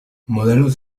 modelos